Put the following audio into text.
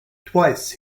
twice